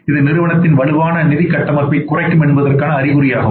இது நிறுவனத்தின் வலுவான நிதி கட்டமைப்பைக் குறைக்கும் என்பதற்கானஅறிகுறியாகும்